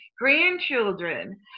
grandchildren